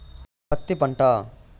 పత్తి పంట